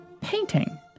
painting